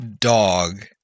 dog